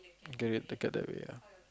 get it take it that way ah